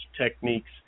techniques